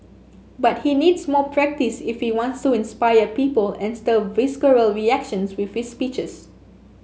but he needs more practise if he wants to inspire people and stir visceral reactions with his speeches